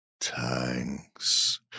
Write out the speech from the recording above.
Tanks